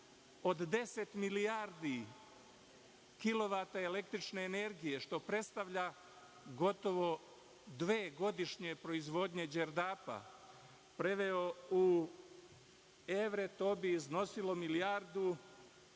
deset milijardi kilovata električne energije, što predstavlja gotovo dve godišnje proizvodnje Đerdapa, preveo u evre, to bi iznosilo milijardu